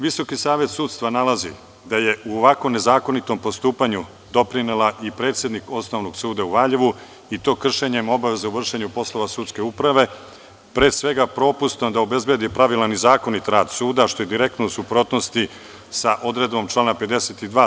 Visoki savet sudstva nalazi da je u ovakvom nezakonitom postupanju doprinela i predsednik Osnovnog suda u Valjevu i to kršenjem obaveza u vršenju poslova sudske uprave, pre svega propustom da obezbedi pravilan i zakonit rad suda, što je direktno u suprotnosti sa odredbom člana 52.